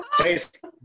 taste